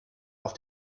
auf